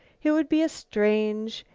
it would be a strange,